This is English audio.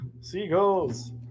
Seagulls